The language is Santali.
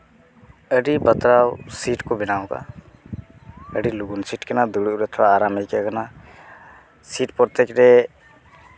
ᱟᱹᱰᱤ ᱵᱟᱛᱨᱟᱣ ᱥᱤᱴ ᱠᱚ ᱵᱮᱱᱟᱣ ᱠᱟᱜᱼᱟ ᱟᱹᱰᱤ ᱞᱩᱜᱩᱵ ᱥᱤᱴ ᱠᱟᱱᱟ ᱫᱩᱲᱩᱵ ᱨᱮ ᱠᱟᱹᱡ ᱟᱨᱟᱢ ᱟᱭᱠᱟᱹᱜ ᱠᱟᱱᱟ ᱥᱤᱴ ᱯᱨᱚᱛᱮᱠ ᱨᱮ